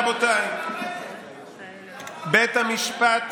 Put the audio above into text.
רבותיי, בית המשפט